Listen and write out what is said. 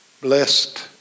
blessed